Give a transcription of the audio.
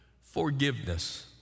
forgiveness